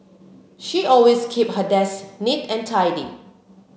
she always keep her desk neat and tidy